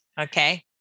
Okay